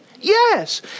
Yes